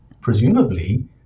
presumably